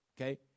Okay